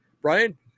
Brian